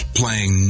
playing